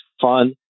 fun